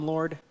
Lord